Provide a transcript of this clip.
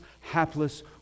hapless